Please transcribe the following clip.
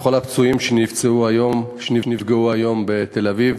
לכל הפצועים שנפצעו היום, שנפגעו היום בתל-אביב.